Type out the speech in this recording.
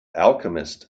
alchemist